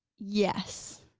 yes.